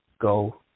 go